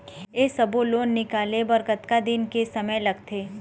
ये सब्बो लोन निकाले बर कतका दिन के समय लगथे?